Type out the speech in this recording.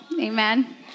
Amen